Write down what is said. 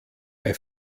bei